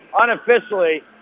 unofficially